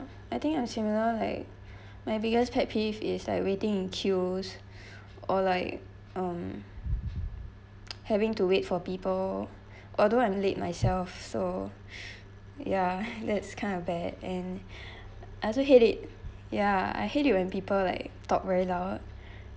I think I'm similar like my biggest pet peeve is like waiting in queues or like um having to wait for people although I'm late myself so ya that's kind of bad and I also hate it ya I hate it when people like talk very loud